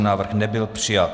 Návrh nebyl přijat.